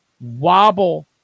wobble